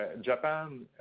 Japan